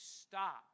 stop